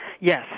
Yes